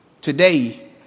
today